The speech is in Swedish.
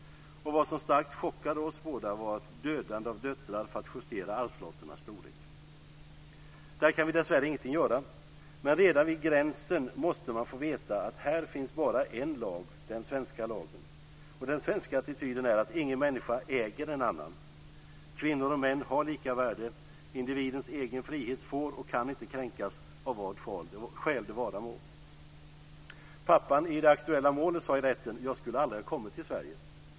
Vad som starkt chockade oss båda var dödande av döttrar för att justera arvslotternas storlek. Där kan vi dessvärre ingenting göra. Men redan vid gränsen måste man få veta att här finns bara en lag - den svenska lagen. Den svenska attityden är att ingen människa äger en annan. Kvinnor och män har lika värde. Individens egen frihet får och kan inte kränkas av vad skäl det vara må. Pappan i det aktuella målet sade i rätten: Jag skulle aldrig ha kommit till Sverige.